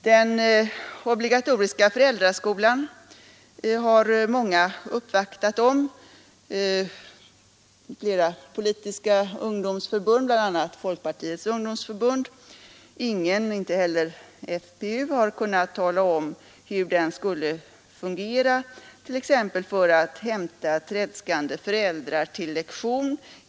Den obligatoriska föräldraskolan har många gjort uppvaktningar om, däribland flera politiska ungdomsförbund, såsom Folkpartiets ungdomsförbund. Ingen, inte heller FPU, har kunnat tala om hur den skall fungera t.ex. när det gäller att hämta tredskande föräldrar till lektion.